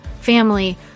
family